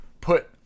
put